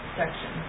section